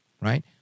right